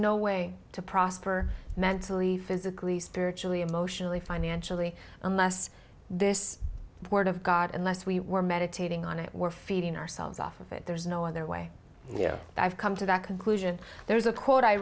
no way to prosper mentally physically spiritually emotionally financially unless this word of god unless we were meditating on it were feeding ourselves off of it there is no other way i've come to that conclusion there's a quote i